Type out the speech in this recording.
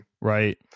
Right